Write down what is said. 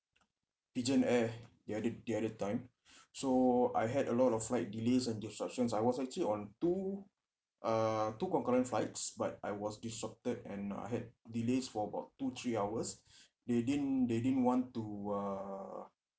pigeon air the other the other time so I had a lot of flight delays and disruptions I was actually on two uh two concurrent flights but I was disrupted and uh I had delays for about two three hours they didn't they didn't want to uh